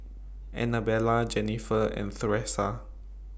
Annabella Jennifer and Thresa